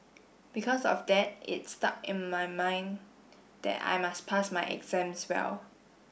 because of that it stuck in my mind that I must pass my exams well